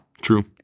true